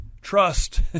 trust